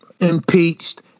impeached